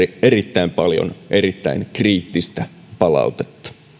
erittäin paljon erittäin kriittistä palautetta